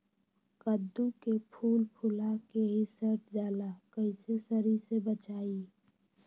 कददु के फूल फुला के ही सर जाला कइसे सरी से बचाई?